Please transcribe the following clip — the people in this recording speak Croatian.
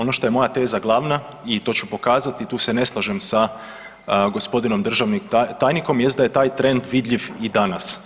Ono što je moja teza glavna i to pokazati, tu se ne slažem sa gospodinom državnim tajnikom jest da je taj trend vidljiv i danas.